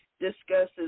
discusses